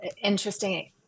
interesting